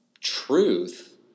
truth